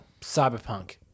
cyberpunk